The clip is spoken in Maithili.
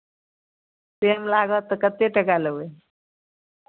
टाइम लागत तऽ कतेक टाका लेबै